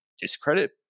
discredit